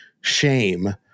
shame